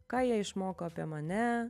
ką jie išmoko apie mane